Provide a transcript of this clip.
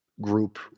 group